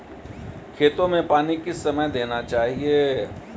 खेतों में पानी किस समय देना चाहिए?